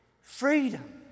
Freedom